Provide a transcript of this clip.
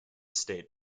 state